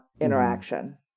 interaction